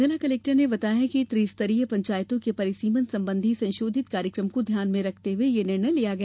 जिला कलेक्टर ने बताया कि त्री स्तरीय पंचायतों के परिसिमन संबंधी संशोधित कार्यक्रम को ध्यान में रखते हुए यह निर्णय लिया गया